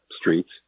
streets